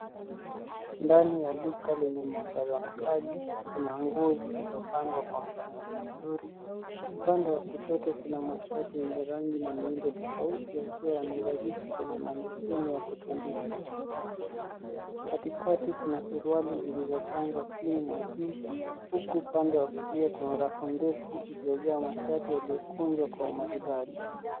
Ndani ya duka lenye mwangaza mkali kuna nguo zilizopangwa kwa mpangilio nzuri, upande wa kushoto kuna mashati yenye rangi na miundo tafauti yakiwa yamefalishwa kwenye manikimi ya kutundikwa, katikati Kuna suruali zilizopangwa chini na juu, uku upande wa kulia kuna rafu ndevu iliyojaa mashati yaliyokunjwa kwa umaridadi